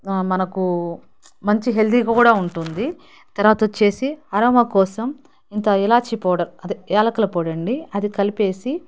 మనకు మంచి హెల్తీగా కూడా ఉంటుంది తర్వాత వచ్చేసి అరవ కోసం ఇంత ఇలాచి పౌడర్ అదే యాలకుల పొడి అండి అది కలిపేసి